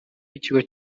w’ikigo